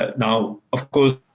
ah now, of course,